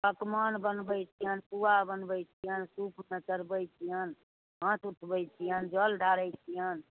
पकमान बनबैत छिअनि पुआ बनबै छिअनि सूपमे चढ़बैत छिअनि हाथ उठबै छिअनि जल ढारैत छिअनि